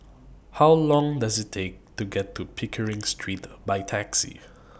How Long Does IT Take to get to Pickering Street By Taxi